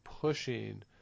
pushing